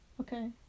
Okay